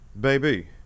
Baby